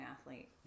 athlete